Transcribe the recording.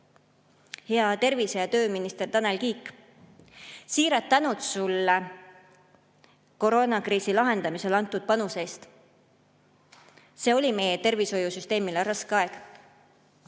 Hea tervise- ja tööminister Tanel Kiik, siiras tänu sulle koroonakriisi lahendamisel antud panuse eest! See oli meie tervishoiusüsteemile raske aeg.